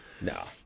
No